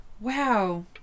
Wow